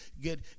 get